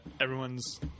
everyone's